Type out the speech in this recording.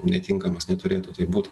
netinkamas neturėtų taip būt